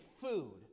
food